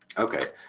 okay,